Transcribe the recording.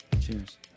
Cheers